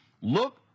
Look